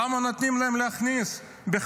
למה בכלל נותנים להם להכניס סיוע?